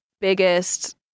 biggest